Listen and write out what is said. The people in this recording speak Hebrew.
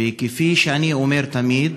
וכפי שאני אומר תמיד,